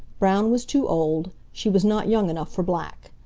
brown was too old. she was not young enough for black.